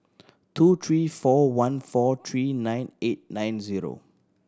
two three four one four three nine eight nine zero